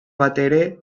batere